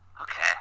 okay